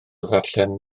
ddarllen